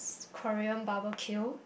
Korean barbeque